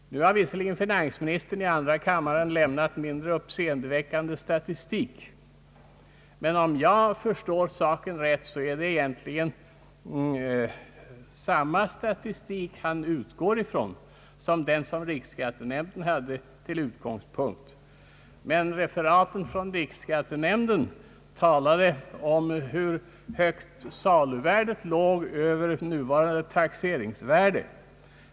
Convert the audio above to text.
Nu har visserligen finansministern i andra kammaren lämnat en mindre uppseendeväckande statistik. Men om jag förstår den här saken rätt är det egentligen samma statistik finansministern utgår från som den vilken riksskattenämnden hade till utgångspunkt. Men referaten från riksskattenämnden talade om hur högt saluvärdet låg över nuvarande taxeringsvärde.